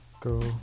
go